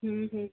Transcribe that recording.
ହୁଁ ହୁଁ